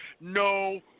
No